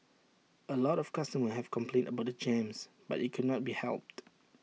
A lot of customers have complained about the jams but IT cannot be helped